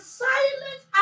silent